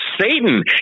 Satan